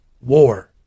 war